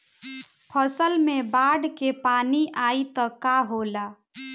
फसल मे बाढ़ के पानी आई त का होला?